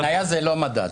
מניה זה לא מדד.